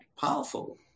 powerful